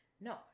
No